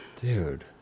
Dude